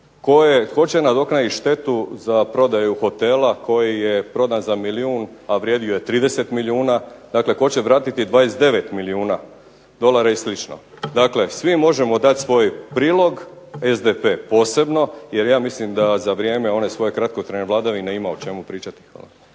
hoće nadoknaditi štetu za prodaju hotela koji je prodan za milijun a vrijedio je 30 milijuna. Dakle, tko će vratiti 29 milijuna dolara i slično. Dakle, svi možemo dati svoj prilog, SDP posebno jer ja mislim da za vrijeme one svoje kratkotrajne vladavine ima o čemu pričati. Hvala.